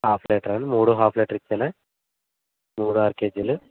of litre అండి మూడు half litre ఇచ్చేనా మూడు అర కేజీలు